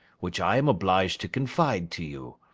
which i am obliged to confide to you.